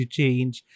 change